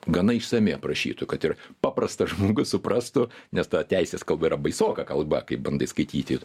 gana išsamiai aprašytų kad ir paprastas žmogus suprastų nes ta teisės kalba yra baisoka kalba kai bandai skaityti